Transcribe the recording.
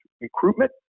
recruitment